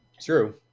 True